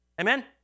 Amen